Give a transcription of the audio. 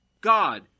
God